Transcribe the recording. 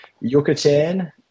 Yucatan